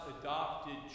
adopted